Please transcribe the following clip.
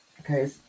Okay